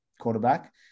quarterback